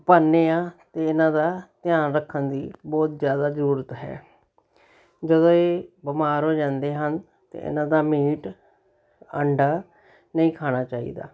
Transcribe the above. ਪਾਉਂਦੇ ਹਾਂ ਅਤੇ ਇਹਨਾਂ ਦਾ ਧਿਆਨ ਰੱਖਣ ਦੀ ਬਹੁਤ ਜ਼ਿਆਦਾ ਜ਼ਰੂਰਤ ਹੈ ਜਦੋਂ ਇਹ ਬਿਮਾਰ ਹੋ ਜਾਂਦੇ ਹਨ ਤਾਂ ਇਹਨਾਂ ਦਾ ਮੀਟ ਅੰਡਾ ਨਹੀਂ ਖਾਣਾ ਚਾਹੀਦਾ